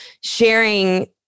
sharing